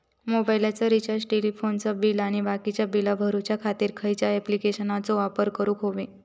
मोबाईलाचा रिचार्ज टेलिफोनाचा बिल आणि बाकीची बिला भरूच्या खातीर खयच्या ॲप्लिकेशनाचो वापर करूक होयो?